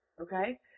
okay